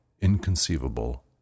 inconceivable